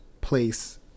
place